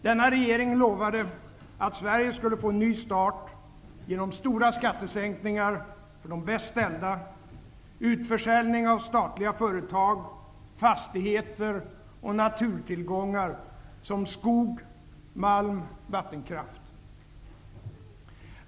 Denna regering lovade att Sverige skulle få ny start genom stora skattesänkningar för de bäst ställda, utförsäljning av statliga företag, fastigheter och naturtillgångar som skog, malm och vattenkraft.